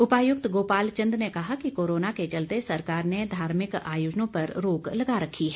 उपायुक्त गोपाल चन्द ने कहा कि कोरोना के चलते सरकार ने धार्मिक आयोजनों पर रोक लगा रखी है